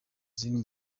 zindi